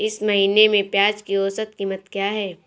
इस महीने में प्याज की औसत कीमत क्या है?